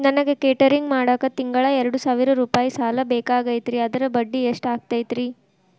ನನಗ ಕೇಟರಿಂಗ್ ಮಾಡಾಕ್ ತಿಂಗಳಾ ಎರಡು ಸಾವಿರ ರೂಪಾಯಿ ಸಾಲ ಬೇಕಾಗೈತರಿ ಅದರ ಬಡ್ಡಿ ಎಷ್ಟ ಆಗತೈತ್ರಿ?